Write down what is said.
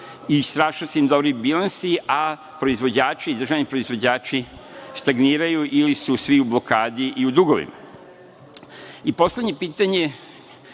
i strašno su im dobri bilansi, a proizvođači, državni proizvođači stagniraju ili su svi u blokadi i u dugovima. Poslednje pitanje,